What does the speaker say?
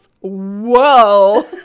whoa